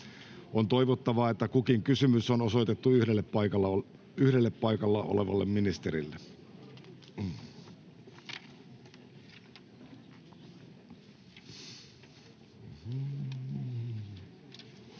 On toivottavaa, että kukin kysymys on osoitettu yhdelle paikalla olevalle ministerille.